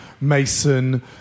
Mason